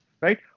right